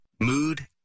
mood